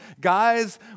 Guys